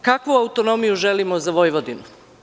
Kakvu autonomiju želimo za Vojvodinu?